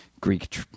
Greek